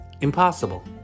impossible